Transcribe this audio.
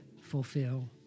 fulfill